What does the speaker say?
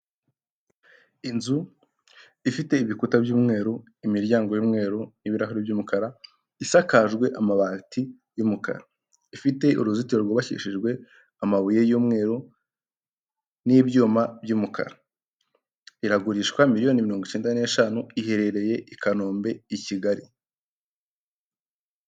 Inzu ifite ibikuta by'umweru, imiryango y'umweru, ibirahuri by'umukara, isakajwe amabati y'umukara. Ifite uruzitiro rwubakishijwe amabuye y'umweru n'ibyuma by'umukara, iragurishwa miliyoni mirongo icyenda n'eshanu iherereye i Kanombe i Kigali.